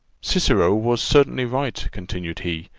cicero was certainly right, continued he,